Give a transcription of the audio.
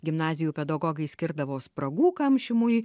gimnazijų pedagogai skirdavo spragų kamšymui